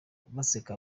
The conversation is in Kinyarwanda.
baseka